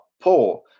poor